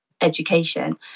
education